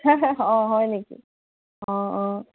অঁ হয় নেকি অঁ অঁ